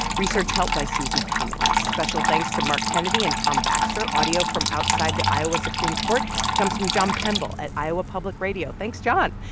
research help by susie cummings. special thanks to mark kennedy and tom baxter. audio from outside the iowa supreme court comes from john pemble at iowa public radio. thanks, john.